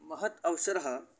महान् अवसरः